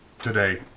today